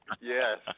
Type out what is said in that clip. yes